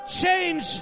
change